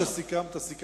מה שסיכמת, סיכמת.